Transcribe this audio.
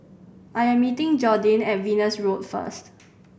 I am meeting Jordin at Venus Road first